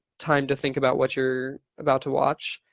time to think about what you're about to watch,